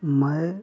मैं